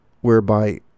whereby